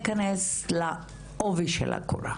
ניכנס לעובי של הקורה.